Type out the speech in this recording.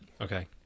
okay